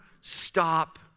stop